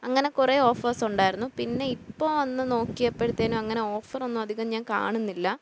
അങ്ങനെ കുറെ ഓഫേർസുണ്ടായിരുന്നു പിന്നെ ഇപ്പോൾ വന്ന് നോക്കിയപ്പോഴത്തേനും അങ്ങനെ ഓഫറൊന്നും അധികം ഞാൻ കാണുന്നില്ല